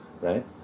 right